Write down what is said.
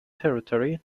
territory